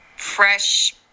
fresh